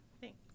Thanks